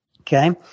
okay